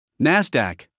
Nasdaq